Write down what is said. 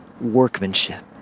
workmanship